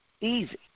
easy